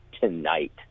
tonight